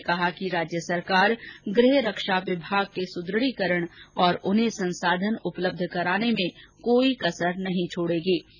उन्होंने कहा कि राज्य सरकार गृह रक्षा विभाग के सुदुढीकरण और उन्हें संसाधन उपलब्ध कराने में कोई कमी नहीं रखेगी